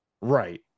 right